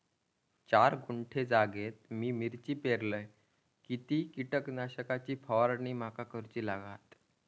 चार गुंठे जागेत मी मिरची पेरलय किती कीटक नाशक ची फवारणी माका करूची लागात?